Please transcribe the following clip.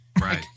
Right